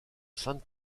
sainte